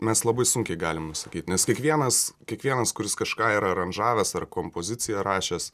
mes labai sunkiai galima nusakyt nes kiekvienas kiekvienas kuris kažką yra aranžavęs ar kompoziciją rašęs